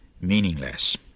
meaningless